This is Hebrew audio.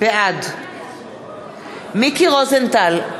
בעד מיקי רוזנטל,